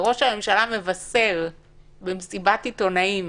אלה שראש הממשלה מבשר במסיבת עיתונאים